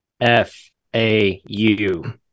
F-A-U